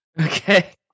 Okay